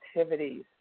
activities